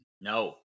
No